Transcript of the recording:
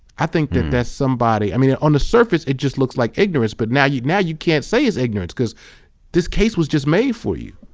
i think that's somebody, i mean, on the surface it just looks like ignorance, but now you now you can't say it's ignorance because this case was just made for you.